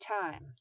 time